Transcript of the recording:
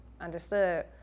Understood